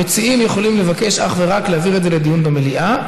המציעים יכולים לבקש אך ורק להעביר את זה לדיון במליאה.